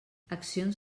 accions